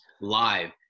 live